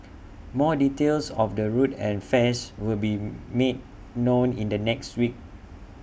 more details of the route and fares will be made known in the next weeks